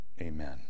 Amen